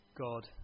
God